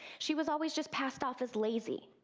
she was always just passed off as lazy.